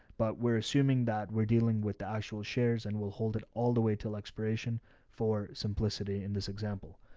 but we're assuming that we're dealing with the actual shares and we'll hold it all the way till expiration for simplicity in this example.